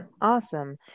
Awesome